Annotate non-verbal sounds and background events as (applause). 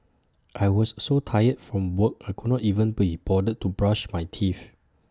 I was so tired from work I could not even (unintelligible) bother to brush my teeth